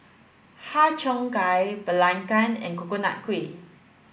Har Cheong Gai Belacan and Coconut Kuih